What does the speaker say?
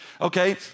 Okay